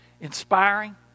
inspiring